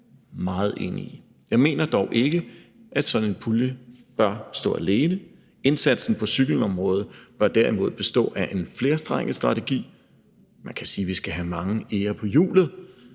Jeg mener dog ikke, at sådan en pulje bør stå alene. Indsatsen på cykelområdet bør derimod bestå af en flerstrenget strategi – man kan sige, at vi skal have mange eger på hjulet